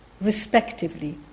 respectively